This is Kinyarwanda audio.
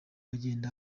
agenda